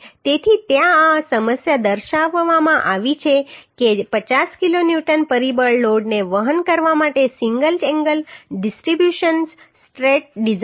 તેથી ત્યાં આ સમસ્યા દર્શાવવામાં આવી છે કે 50 કિલોન્યુટનના પરિબળ લોડને વહન કરવા માટે single angle discontinuous strut design કરો